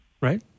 right